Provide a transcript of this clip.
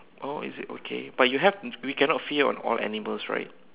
oh is it okay but you have we cannot fear on all animals right